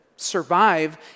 survive